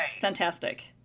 fantastic